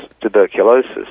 tuberculosis